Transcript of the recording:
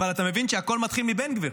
אבל אתה מבין שהכול מתחיל מבן גביר.